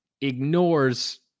Ignores